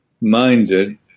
minded